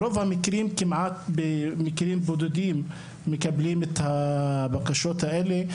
במקרים בודדים מקבלים את הבקשות האלה.